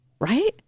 right